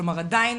כלומר עדיין